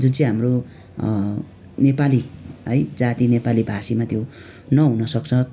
जुन चाहिँ हाम्रो नेपाली है जाति नेपाली भाषीमा त्यो नहुन सक्छ